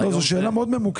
זו שאלה מאוד ממוקדת.